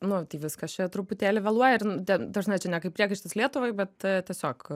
nu tai viskas čia truputėlį vėluoja ir ten ta prasme čia ne kaip priekaištas lietuvai bet tiesiog